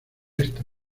esta